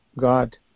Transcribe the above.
God